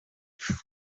faye